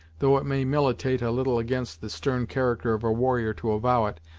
though it may militate a little against the stern character of a warrior to avow it,